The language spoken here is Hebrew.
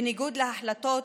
בניגוד להחלטות,